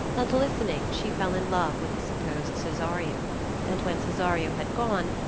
and listening she fell in love with the supposed cesario and when cesario had gone,